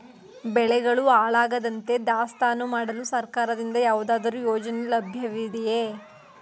ಬೆಳೆಗಳು ಹಾಳಾಗದಂತೆ ದಾಸ್ತಾನು ಮಾಡಲು ಸರ್ಕಾರದಿಂದ ಯಾವುದಾದರು ಯೋಜನೆ ಲಭ್ಯವಿದೆಯೇ?